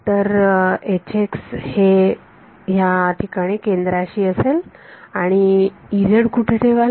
तर हे या ठिकाणी केंद्राशी आहे आणि आपण कुठे ठेवाल